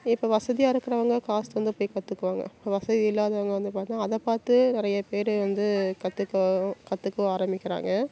இப்போ வசதியாக இருக்கிறவங்க காசு தந்து போய் கற்றுக்குவாங்க வசதி இல்லாதவங்க வந்து பார்த்தன்னா அதை பார்த்து நிறைய பேர் வந்து கற்றுக்க கற்றுக்கவும் ஆரம்மிக்கிறாங்க